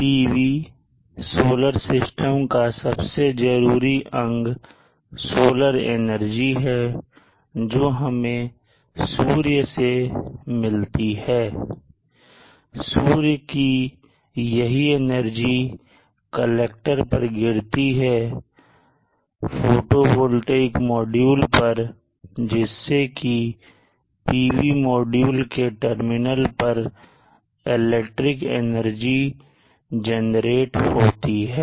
PV solar system का सबसे जरूरी अंग सोलर एनर्जी है जो हमें सूर्य से मिलती है सूर्य की यही एनर्जी कलेक्टर पर गिरती है फोटोवोल्टेक मॉड्यूल पर जिससे कि PV मॉड्यूल के टर्मिनल पर इलेक्ट्रिक एनर्जी जनरेट होती है